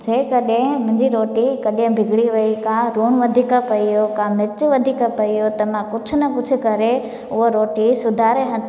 जे कॾहिं मुंहिंजी रोटी कॾहिं बिगड़ी वई का लूण वधीक पियो का मिर्च वधीक पियो त मां कुझु न कुझु करे हूअ रोटी सुधारे